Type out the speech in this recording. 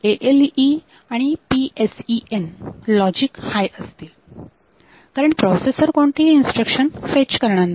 ALE आणि PSEN logic high असतील कारण प्रोसेसर कोणतीही इन्स्ट्रक्शन फेच करणार नाही